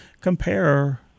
compare